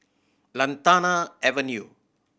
Lantana Avenue